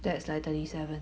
that's like thirty seven